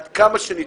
עד כמה שניתן,